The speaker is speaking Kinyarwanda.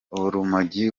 urumogi